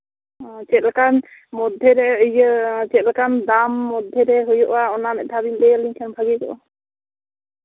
ᱪᱮᱫ ᱞᱮᱠᱟᱱ ᱢᱚᱫᱽᱫᱷᱮᱨᱮ ᱤᱭᱟᱹ ᱪᱮᱫ ᱞᱮᱠᱟᱱ ᱫᱟᱢ ᱢᱚᱫᱽᱫᱷᱮᱨᱮ ᱦᱩᱭᱩᱜᱼᱟ ᱚᱱᱟ ᱢᱤᱫ ᱫᱷᱟᱣ ᱵᱮᱱ ᱞᱟᱹᱭ ᱟᱹᱞᱤᱧ ᱠᱷᱟᱱ ᱵᱷᱟᱹᱜᱮ ᱠᱚᱜᱼᱟ